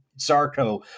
Zarco